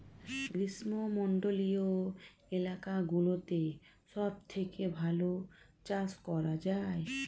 গ্রীষ্মমণ্ডলীয় এলাকাগুলোতে সবথেকে ভালো চাষ করা যায়